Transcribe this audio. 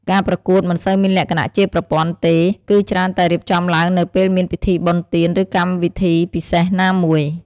ការប្រកួតមិនសូវមានលក្ខណៈជាប្រព័ន្ធទេ គឺច្រើនតែរៀបចំឡើងនៅពេលមានពិធីបុណ្យទាន ឬកម្មវិធីពិសេសណាមួយ។